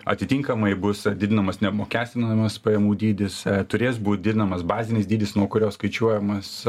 atitinkamai bus didinamas neapmokestinamas pajamų dydis turės būt didinamas bazinis dydis nuo kurio skaičiuojamas